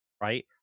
right